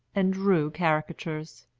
and drew caricatures.